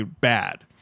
bad